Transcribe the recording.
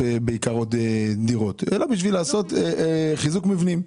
עוד דירות אלא בשביל לעשות חיזוק מבנים.